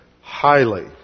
highly